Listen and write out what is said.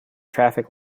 traffic